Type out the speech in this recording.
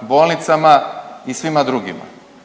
bolnicama i svima drugima.